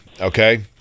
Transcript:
okay